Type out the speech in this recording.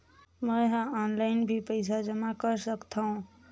मैं ह ऑनलाइन भी पइसा जमा कर सकथौं?